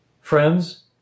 Friends